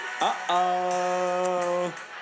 Uh-oh